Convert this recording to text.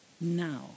now